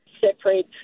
separate